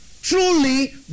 Truly